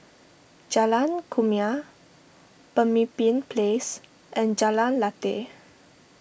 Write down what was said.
Jalan Kumia Pemimpin Place and Jalan Lateh